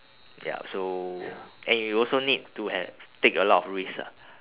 ya so and you also need to have take a lot of risk ah